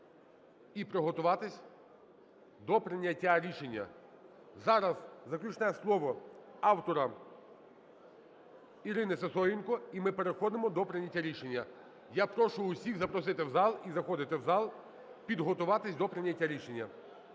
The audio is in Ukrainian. і приготуватись до прийняття рішення. Зараз заключне слово автора Ірини Сисоєнко і ми переходимо до прийняття рішення. Я прошу усіх запросити в зал і заходити в зал, підготуватись до прийняття рішення.